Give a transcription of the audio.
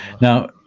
now